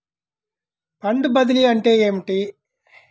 Fund బదిలీ అంటే ఏమిటి?